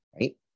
right